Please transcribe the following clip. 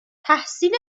تحصیل